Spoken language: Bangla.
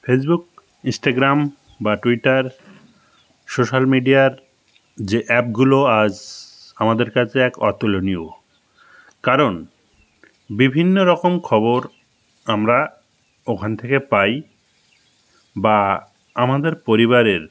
ফেসবুক ইস্টাগ্রাম বা টুইটার সোশ্যাল মিডিয়ার যে অ্যাপগুলো আজ আমাদের কাছে এক অতুলনীয় কারণ বিভিন্ন রকম খবর আমরা ওখান থেকে পাই বা আমাদের পরিবারের